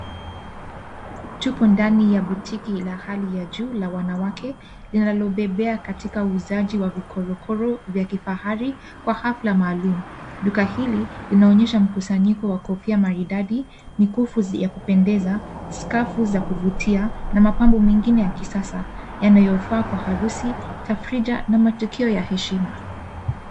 Tuko ndani ya botiki la hali ya juu la wanawake linalobobea katika uuzaji wa vikorokoro vya kifahari kwa hafla maalum. Duka hili linaonyesha mkusanyiko wa kofia maridadi, mikufu ya kupendeza, skafu za kuvutia na mapambo mengine ya kisasa yanayofa kwa harusi, tafrija na matukio ya heshima.